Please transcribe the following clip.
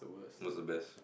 what's the best